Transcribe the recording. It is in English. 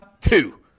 Two